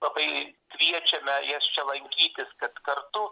labai kviečiame jas čia lankytis kad kartu